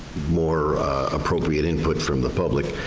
more appropriate input from the public.